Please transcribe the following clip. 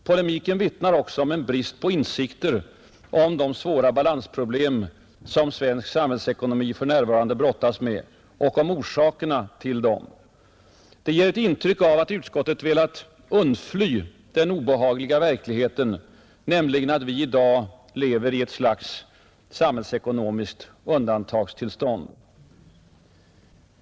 Polemiken visar också en brist på insikter om de svåra balansproblem som svensk samhällsekonomi för närvarande brottas med och om orsakerna till dem. Det ger ett intryck av att utskottet velat undfly den obehagliga verkligheten, nämligen att vi i dag lever i ett slags samhällsekonomiskt undantagstillstånd.